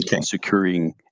securing